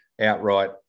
outright